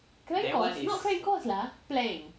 crank course not crank course lah plank